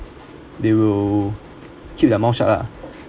they will keep the mouth shut lah